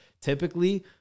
typically